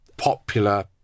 popular